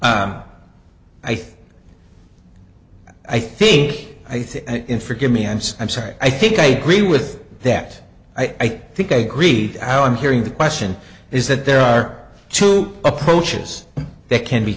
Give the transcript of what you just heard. think i think and forgive me and i'm sorry i think i agree with that i think i agree how i'm hearing the question is that there are two approaches that can be